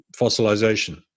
fossilization